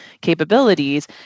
capabilities